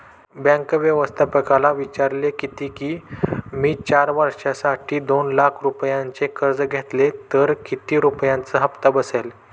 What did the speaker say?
bank व्यवस्थापकाला विचारले किती की, मी चार वर्षांसाठी दोन लाख रुपयांचे कर्ज घेतले तर किती रुपयांचा हप्ता बसेल